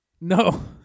No